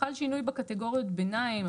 חל שינוי בקטגוריות ביניים,